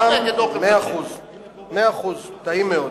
מאה אחוז, טעים מאוד.